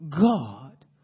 God